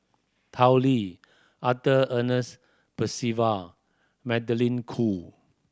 Tao Li Arthur Ernest Percival Magdalene Khoo